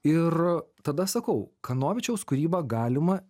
ir tada sakau kanovičiaus kūrybą galima